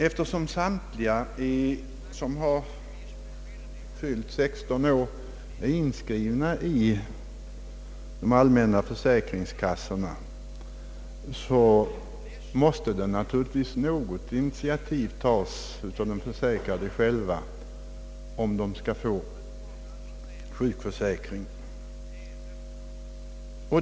Eftersom alla som har fyllt 16 år är inskrivna i allmän försäkringskassa måste naturligtvis ett initiativ tas av de försäkrade själva för att de skall få försäkring för sjukpenning.